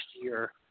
year